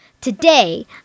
Today